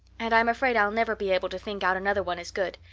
and i'm afraid i'll never be able to think out another one as good.